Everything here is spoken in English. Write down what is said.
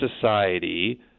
society